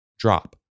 drop